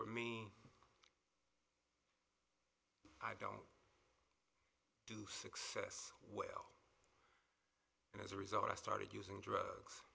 for me i don't do success well and as a result i started using drugs